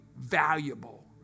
valuable